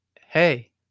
hey